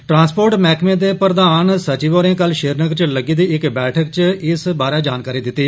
transport मैहकमें दे प्रधान सचिव होरें कल श्रीनगर च लग्गी दी इक बैठक च इस बारै जानकारी दिति